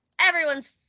Everyone's